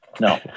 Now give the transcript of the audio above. No